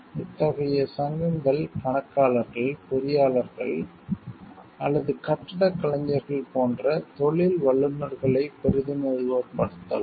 இத்தகைய சங்கங்கள் கணக்காளர்கள் பொறியாளர்கள் அல்லது கட்டிடக் கலைஞர்கள் போன்ற தொழில் வல்லுநர்களைப் பிரதிநிதித்துவப்படுத்தலாம்